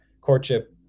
courtship